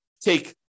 take